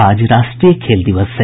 आज राष्ट्रीय खेल दिवस है